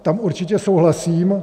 Tam určitě souhlasím.